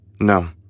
No